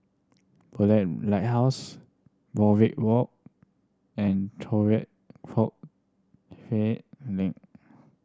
Bedok Lighthouse Warwick Road and